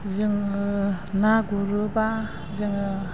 जोङो ना गुरोबा जोङो